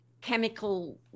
chemical